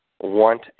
want